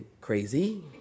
crazy